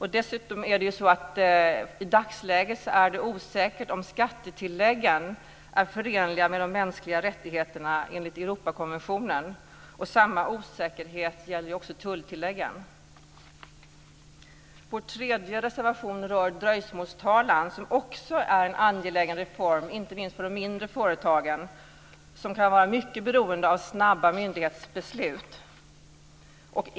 I dagsläget är det dessutom osäkert om skattetilläggen är förenliga med de mänskliga rättigheterna enligt Europakonventionen. Samma osäkerhet gäller också tulltilläggen. Vår tredje reservation rör dröjsmålstalan, som också är en angelägen reform inte minst för de mindre företagen, som kan vara mycket beroende av snabba myndighetsbeslut.